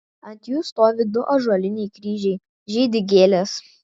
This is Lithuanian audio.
ant jų stovi du ąžuoliniai kryžiai žydi gėlės